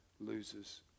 loses